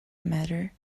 matter